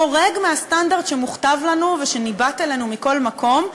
חורג מהסטנדרט שמוכתב לנו ושניבט אלינו מכל מקום,